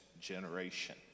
generation